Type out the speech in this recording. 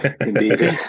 Indeed